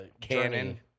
Canon